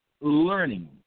learning